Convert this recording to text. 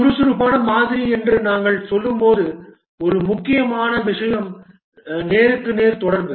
சுறுசுறுப்பான மாதிரி என்று நாங்கள் சொல்லும்போது ஒரு முக்கியமான விஷயம் நேருக்கு நேர் தொடர்பு